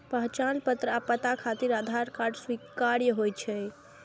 पहचान पत्र आ पता खातिर आधार कार्ड स्वीकार्य होइ छै